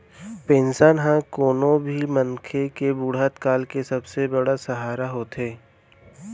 pension ह कोनो भी मनसे के बुड़हत काल के सबले बड़का सहारा होथे